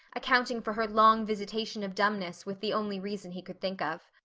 accounting for her long visitation of dumbness with the only reason he could think of.